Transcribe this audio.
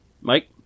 Mike